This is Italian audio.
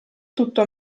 tutto